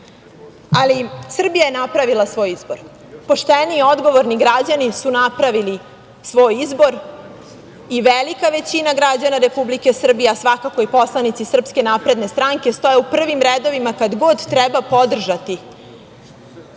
Srbija je napravila svoj izbor. Pošteni i odgovorni građani su napravili svoj izbor i velika većina građana Republike Srbije, a svakako i poslanici SNS, stoje u prvim redovima kad god treba podržati